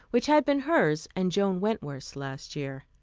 which had been hers and joan wentworth's last year.